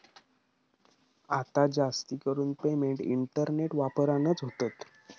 आता जास्तीकरून payment internet वापरानच होतत